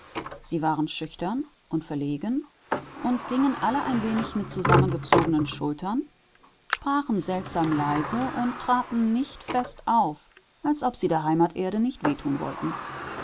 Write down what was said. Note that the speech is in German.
sie waren schüchtern und verlegen gingen alle ein wenig mit zusammengezogenen schultern sprachen seltsam leise und traten nicht fest auf als ob sie der heimaterde nicht weh tun wollten